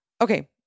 Okay